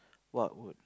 what would